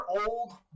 old